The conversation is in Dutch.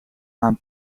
een